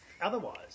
Otherwise